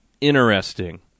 interesting